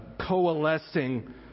coalescing